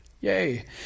Yay